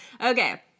Okay